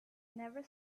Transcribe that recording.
never